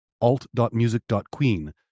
alt.music.queen